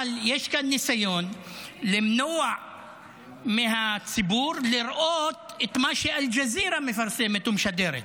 אבל יש כאן ניסיון למנוע מהציבור לראות את מה שאל-ג'זירה מפרסמת ומשדרת,